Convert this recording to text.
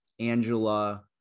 Angela